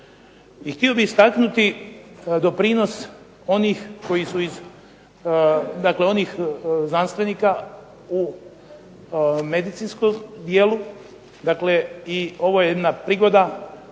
htio bih istaknuti doprinos onih znanstvenika u medicinskom dijelu i ovo je jedna prigoda